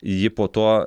ji po to